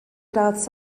gradd